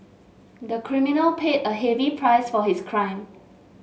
the criminal paid a heavy price for his crime